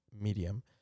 medium